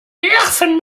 nerven